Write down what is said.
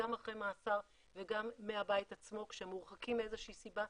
גם אחרי מאסר וגם מהבית עצמו כשהם מורחקים מאיזה שהיא סיבה,